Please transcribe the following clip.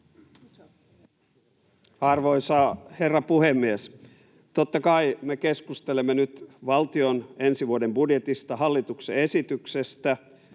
Arvoisa herra puhemies! Totta kai me keskustelemme nyt valtion ensi vuoden budjetista, hallituksen esityksestä,